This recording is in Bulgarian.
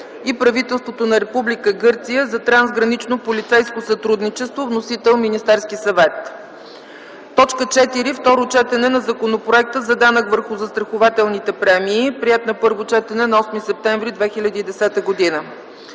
и правителството на Република Гърция за трансгранично полицейско сътрудничество. Вносител - Министерският съвет. 4. Второ четене на Законопроекта за данък върху застрахователните премии, приет на първо четене на 8 септември 2010 г.